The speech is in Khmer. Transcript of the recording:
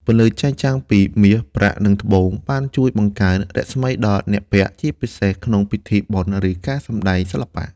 ពន្លឺចែងចាំងពីមាស ប្រាក់ និងត្បូង បានជួយបង្កើនរស្មីដល់អ្នកពាក់ ជាពិសេសក្នុងពិធីបុណ្យ ឬការសម្តែងសិល្បៈ។